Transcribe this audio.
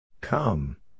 Come